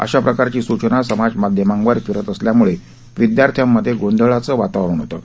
अशा प्रकारची सूचना समाजमाध्यमांवर फिरत असल्याम्ळे विद्यार्थ्यामध्ये गोंधळाचं वातावरण होतं